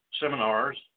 seminars